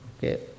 Okay